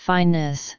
Fineness